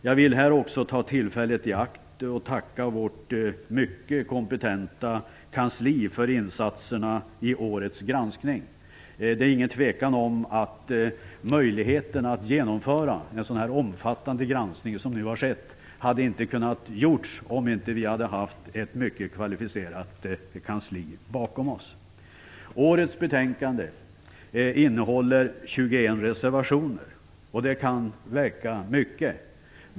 Jag vill här också ta tillfället i akt och tacka vårt mycket kompetenta kansli för insatserna i årets granskning. Det är ingen tvekan om att en så omfattande granskning inte hade kunnat göras om vi inte hade haft ett mycket kvalificerat kansli bakom oss. Årets betänkande innehåller 21 reservationer. Det kan verka mycket.